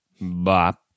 bop